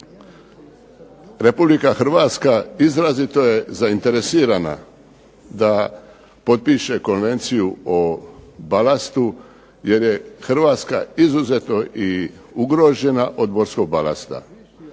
Republika Hrvatska izrazito je zainteresirana da potpiše Konvenciju o balastu, jer je Hrvatska izuzetno i ugrožena od morskog balasta.